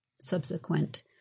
subsequent